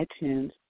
iTunes